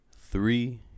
Three